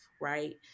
Right